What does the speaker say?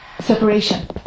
separation